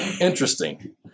interesting